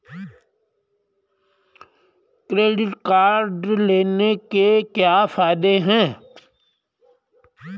Credit card लेने के क्या फायदे हैं?